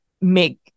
make